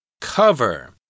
Cover